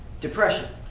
depression